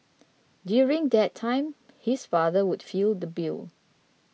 during that time his father would feel the bill